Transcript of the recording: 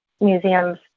museums